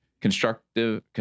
Constructive